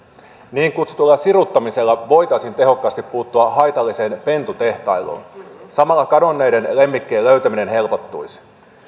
niin kutsutulla siruttamisella voitaisiin tehokkaasti puuttua haitalliseen pentutehtailuun samalla kadonneiden lemmikkien löytäminen helpottuisi